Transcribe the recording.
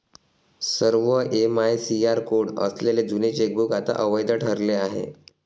सर्व MICR code असलेले जुने चेकबुक आता अवैध ठरले आहे